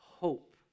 Hope